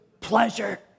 Pleasure